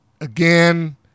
again